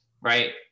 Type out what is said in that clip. Right